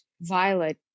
Violet